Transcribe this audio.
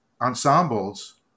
ensembles